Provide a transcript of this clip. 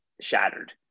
shattered